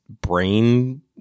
brain